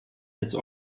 als